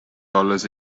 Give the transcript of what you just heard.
dollars